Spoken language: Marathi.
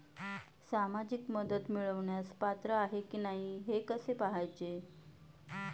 सामाजिक मदत मिळवण्यास पात्र आहे की नाही हे कसे पाहायचे?